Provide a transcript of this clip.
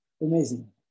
amazing